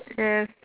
yes